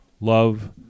love